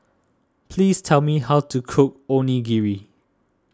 please tell me how to cook Onigiri